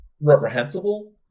reprehensible